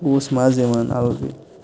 اوس مَزٕ یِوان اَلگٕے